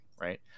Right